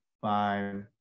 five